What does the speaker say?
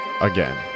again